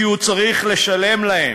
כי הוא צריך לשלם להם.